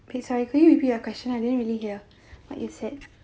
okay sorry can you repeat your question I didn't really hear what you said